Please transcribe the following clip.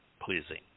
pleasing